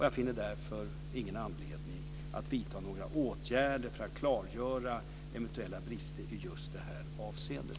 Jag finner därför ingen anledning att vidta några åtgärder för att klargöra eventuella brister i just det här avseendet.